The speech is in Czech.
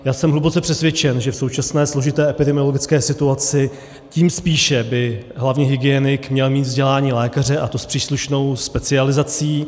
Já jsem hluboce přesvědčen, že v současné složité epidemiologické situaci tím spíše by hlavní hygienik měl mít vzdělání lékaře, a to s příslušnou specializací.